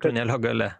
tunelio gale